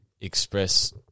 express